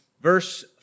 Verse